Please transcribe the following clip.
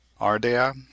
ardea